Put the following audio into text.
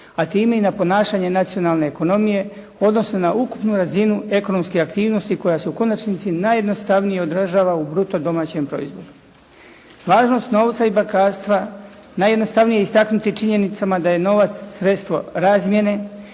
a time i na ponašanje nacionalne ekonomije, odnosno na ukupnu razinu ekonomske aktivnosti koja se u konačnici najjednostavnije odražava u bruto domaćem proizvodu. Važnost novca i bankarstva najjednostavnije je istaknuti činjenicama da je novac sredstvo razmjene,